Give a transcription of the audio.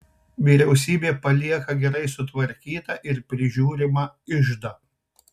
vyriausybė palieka gerai sutvarkytą ir prižiūrimą iždą